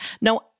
No